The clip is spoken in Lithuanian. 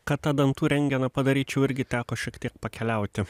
kad tą dantų rentgeną padaryčiau irgi teko šiek tiek pakeliauti